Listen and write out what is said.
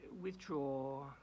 withdraw